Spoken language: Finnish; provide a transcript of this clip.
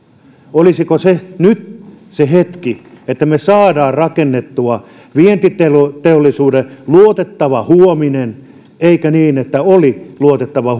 olisiko nyt se hetki että me saamme rakennettua vientiteollisuudelle luotettavan huomisen eikä niin että oli luotettava